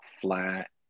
flat